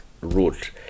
root